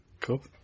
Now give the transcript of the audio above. Cool